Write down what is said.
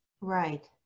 right